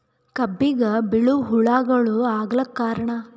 ಕಬ್ಬಿಗ ಬಿಳಿವು ಹುಳಾಗಳು ಆಗಲಕ್ಕ ಕಾರಣ?